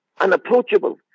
unapproachable